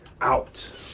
out